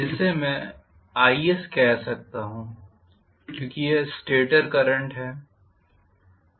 जिसे मैं is कह सकता हूं क्यूंकि यह स्टेटर करंट है